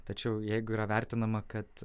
tačiau jeigu yra vertinama kad